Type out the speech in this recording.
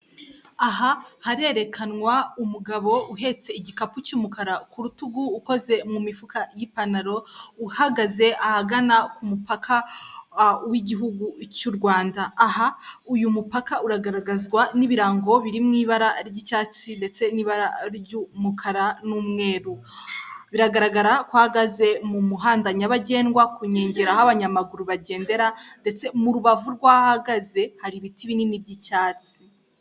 Aha harerekanwa umugabo uhetse igikapu cy'umukara ku rutugu, ukoze mu mifuka y'ipantaro, uhagaze ahagana ku mupaka w'igihugu cy'u Rwanda. Aha uyu mupaka uragaragazwa n'ibirango biri mu ibara ry'icyatsi ndetse n'ibara ry'umukara n'umweru. Biragaragara ko ahahagaze mu muhanda nyabagendwa ku nkengero aho abanyamaguru bagendera, ndetse mu rubavu rwahahagaze hari ibiti binini by'icyatsi.